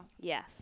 yes